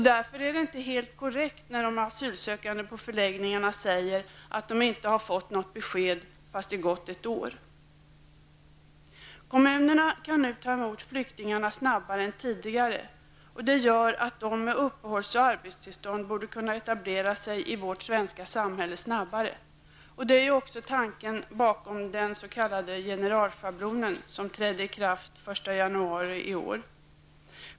Därför är det inte helt korrekt när de asylsökande på förläggningarna säger att de inte fått besked fastän det gått ett år. Kommunerna kan nu ta emot flyktingarna snabbare än tidigare. Det gör att de som har uppehålls och arbetstillstånd snabbare borde kunna etablera sig i vårt svenska samhälle. Det är ju också tanken bakom den s.k. generalschablon som trädde i kraft den 1 januari i år.